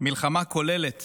מלחמה כוללת